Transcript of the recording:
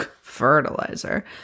Fertilizer